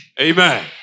Amen